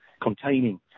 containing